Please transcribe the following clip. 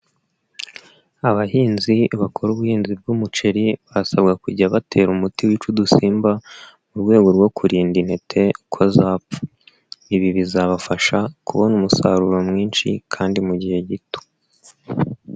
Abahinzi bakora ubuhinzi bw'umuceri, basabwa kujya batera umuti wica udusimba, mu rwego rwo kurinda intete ko zapfa, ibi bizabafasha kubona umusaruro mwinshi kandi mu gihe gito.